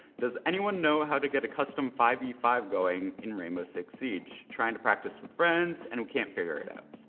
does anyone know how to get a custom five v five going in rainbow six siege? trying to practice with friends and we can't figure it out.